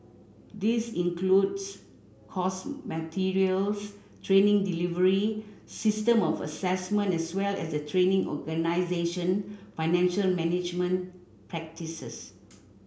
this includes course materials training delivery system of assessment as well as the training organisation financial management practices